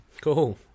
Cool